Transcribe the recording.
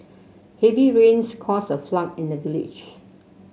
heavy rains caused a flood in the village